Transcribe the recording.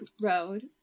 Road